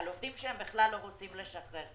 על עובדים שהם בכלל לא רוצים לשחרר.